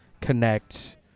connect